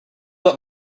that